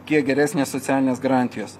kiek geresnės socialinės garantijos